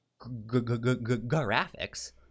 graphics